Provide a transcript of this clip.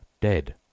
dead